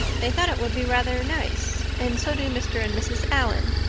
they thought it would be rather nice. and so do mr. and mrs. allan.